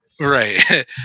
Right